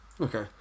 Okay